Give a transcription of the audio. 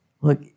look